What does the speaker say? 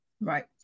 right